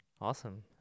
Awesome